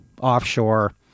offshore